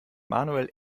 manuel